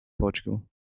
Portugal